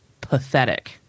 pathetic